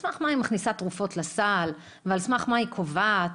מכניסה תרופות לסל ועל סמך מה היא קובעת,